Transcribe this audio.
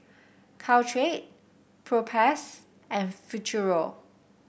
Caltrate Propass and Futuro